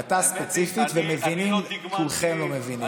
אתה ספציפית, כולכם לא מבינים.